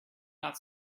not